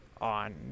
on